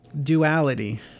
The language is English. duality